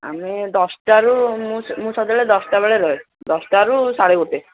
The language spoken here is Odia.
ଆମେ ଦଶଟାରୁ ମୁଁ ସଦାବେଳେ ଦଶଟା ବେଳେ ରହେ ଦଶଟାରୁ ସାଢ଼େ ଗୋଟେ